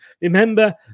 Remember